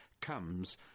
comes